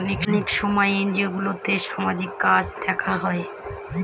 অনেক সব এনজিওগুলোতে সামাজিক কাজ দেখা হয়